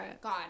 God